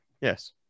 Yes